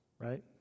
right